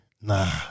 Nah